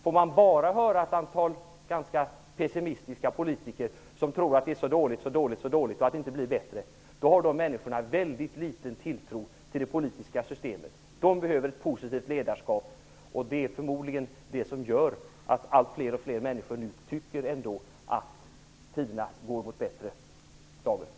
Får man bara höra ett antal pessimistiska politiker som tror att allt är så dåligt och att det inte blir bättre, får man en väldigt liten tilltro till det politiska systemet. Dessa männsikor behöver ett politiskt ledarskap, och det är förmodligen det som gör att allt fler nu ändå tycker att vi går mot bättre tider.